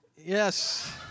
Yes